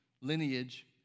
lineage